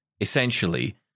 essentially